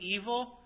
evil